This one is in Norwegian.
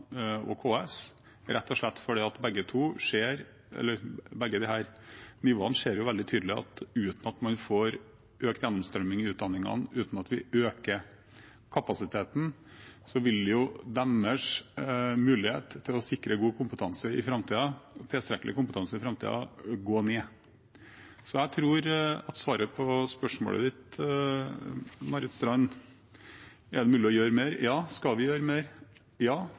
og KS, rett og slett fordi vi for begge disse nivåene ser veldig tydelig at uten at man får økt gjennomstrømmingen i utdanningene, og uten at vi øker kapasiteten, vil deres mulighet til å sikre god og tilstrekkelig kompetanse i framtiden gå ned. Jeg tror svaret på spørsmålet fra Marit Knutsdatter Strand er: Er det mulig å gjøre mer? – Ja. Skal vi gjøre mer? – Ja.